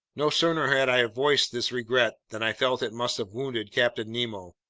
no sooner had i voiced this regret than i felt it must have wounded captain nemo.